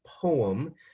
poem